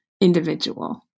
individual